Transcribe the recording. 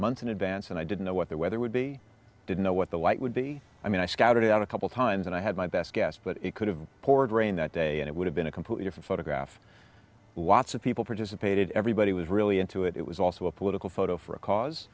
months in advance and i didn't know what the weather would be didn't know what the light would be i mean i scouted out a couple times and i had my best guess but it could have poured rain that day and it would have been a computer photograph lots of people participated everybody was really into it it was also a political photo for a cause